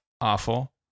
awful